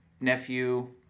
nephew